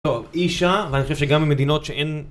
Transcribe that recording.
טוב אישה ואני חושב שגם במדינות שאין